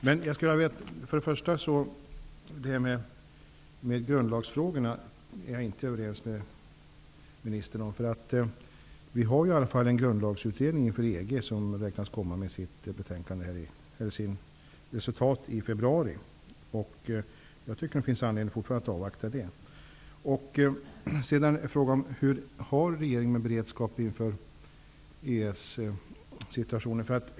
När det gäller grundlagsfrågorna är vi inte överens, ministern. Det finns ju en grundlagsutredning inför EG, och den beräknas förelägga sina resultat i februari. Jag tycker att det fortfarande finns anledning att avvakta de resultaten. Hur har regeringen det med beredskapen när det gäller EES?